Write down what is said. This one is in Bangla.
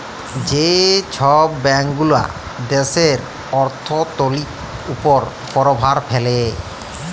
যে ছব ব্যাংকগুলা দ্যাশের অথ্থলিতির উপর পরভাব ফেলে